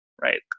right